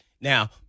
Now